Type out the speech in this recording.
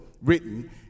written